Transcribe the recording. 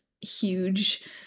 huge